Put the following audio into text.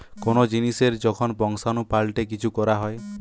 কোন জিনিসের যখন বংশাণু পাল্টে কিছু করা হয়